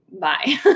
bye